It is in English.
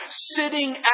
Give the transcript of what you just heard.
sitting